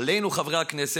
עלינו, חברי הכנסת,